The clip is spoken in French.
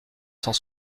cent